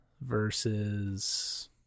versus